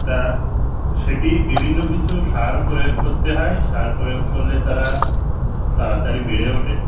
তা সেটি বিভিন্ন কিছু সার প্রয়োগ করতে হয় সার প্রয়োগ করলে তারা তাড়াতাড়ি বেড়ে ওঠে